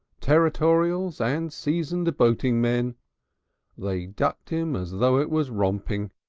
territorials and seasoned boating men they ducked him as though it was romping,